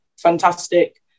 fantastic